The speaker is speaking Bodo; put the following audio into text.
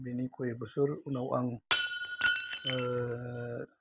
बेनि सय बोसोर उनाव आं